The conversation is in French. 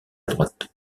droite